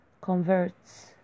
converts